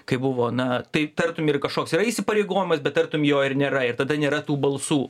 kaip buvo na tai tartum ir kažkoks yra įsipareigojimas bet tartum jo ir nėra ir tada nėra tų balsų